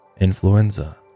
influenza